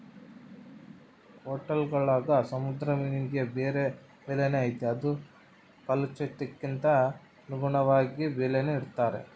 ಹೊಟೇಲ್ಗುಳಾಗ ಸಮುದ್ರ ಮೀನಿಗೆ ಬ್ಯಾರೆ ಬೆಲೆನೇ ಐತೆ ಅದು ಕಾಲೋಚಿತಕ್ಕನುಗುಣವಾಗಿ ಬೆಲೇನ ಇಡ್ತಾರ